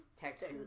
Texas